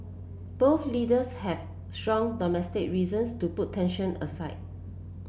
both leaders have strong domestic reasons to put tension aside